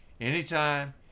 anytime